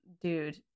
dude